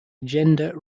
agenda